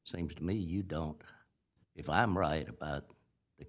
o seems to me you don't if i'm right about the